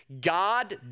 God